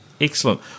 Excellent